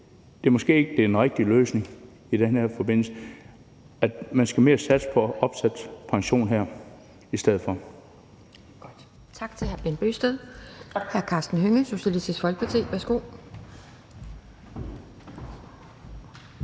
at det måske ikke er den rigtige løsning i den her forbindelse. Man skal her mere satse på opsat pension i stedet for.